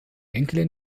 enkelin